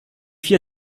vier